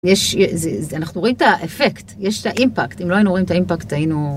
יש, זה, אנחנו רואים את האפקט, יש את האימפקט. אם לא היינו רואים את האימפקט היינו.